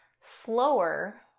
slower